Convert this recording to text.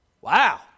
Wow